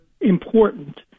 important